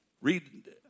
Read